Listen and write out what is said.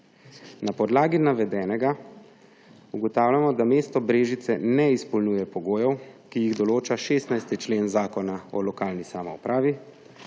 Na podlagi navedenega ugotavljamo, da mesto Brežice ne izpolnjuje pogojev, ki jih določa 16. člen Zakona o lokalni samoupravi,